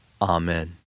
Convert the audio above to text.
Amen